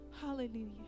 Hallelujah